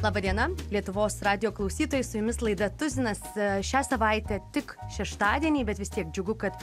laba diena lietuvos radijo klausytojai su jumis laida tuzinas šią savaitę tik šeštadienį bet vis tiek džiugu kad